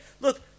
look